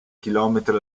chilometri